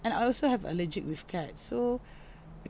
and I also have allergic with cats so